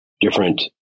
different